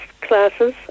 classes